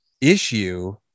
issue